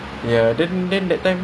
are you planning to sell it